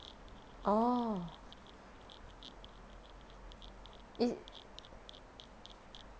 orh